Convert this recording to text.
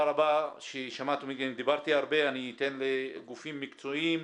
אני אתן לגופים מקצועיים.